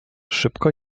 szybko